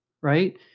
right